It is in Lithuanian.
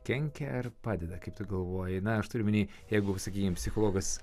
kenkia ar padeda kaip tu galvoji na aš turiu omeny jeigu sakykim psichologas